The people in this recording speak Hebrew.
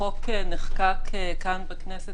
החוק נחקק כאן בכנסת,